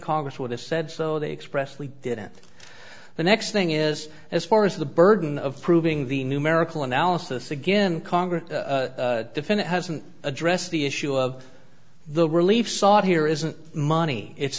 congress would have said so they expressed it in the next thing is as far as the burden of proving the numerical analysis again congress defend it hasn't addressed the issue of the relief sought here isn't money it's